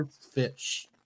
fish